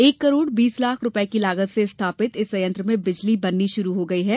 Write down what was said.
एक करोड़ बीस लाख रुपये लागत से स्थापित इस संयंत्र में बिजली बनना शुरू हो गया है